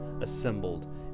assembled